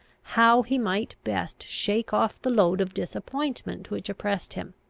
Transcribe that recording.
how he might best shake off the load of disappointment which oppressed him,